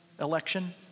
election